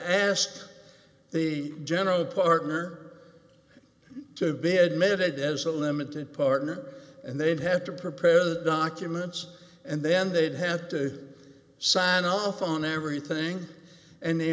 ask the general partner to be admitted as a limited partner and they'd have to prepare the documents and then they'd have to sign off on everything and the